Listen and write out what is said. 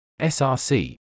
SRC